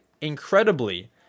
incredibly